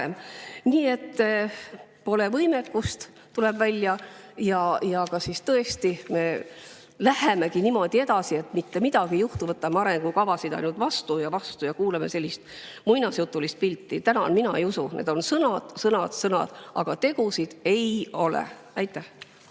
Nii et pole võimekust, tuleb välja. Kas siis tõesti me lähemegi niimoodi edasi, et mitte midagi ei juhtu, võtame ainult arengukavasid vastu ja kuuleme sellist muinasjutulist pilti? Mina ei usu seda. Need on sõnad, sõnad, sõnad, aga tegusid ei ole. Aitäh!